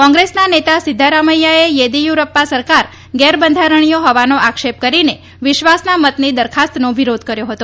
કોંગ્રેસના નેતા સિદ્વરમૈયાએ યેદીયુરપ્પા સરકાર ગેરબંધારણીય હોવાનો આક્ષેપ કરીને વિશ્વાસના મતની દરખાસ્તનો વિરોધ કર્યો હતો